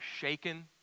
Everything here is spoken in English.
shaken